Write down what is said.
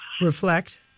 reflect